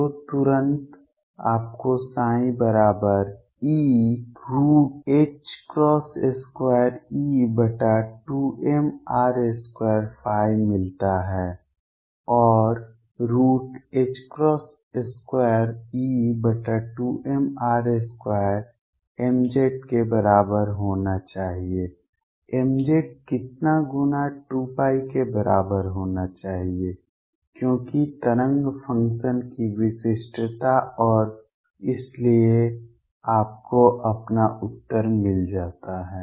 तो तुरंत आपको बराबर e2E2mR2 मिलता है और 2E2mR2 mz के बराबर होना चाहिए mz कितना गुना 2 के बराबर होना चाहिए क्योंकि तरंग फ़ंक्शन की विशिष्टता और इसलिए आपको अपना उत्तर मिल जाता है